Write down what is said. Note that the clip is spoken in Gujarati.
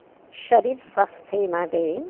શરીર સ્વાસ્થ્ય માટે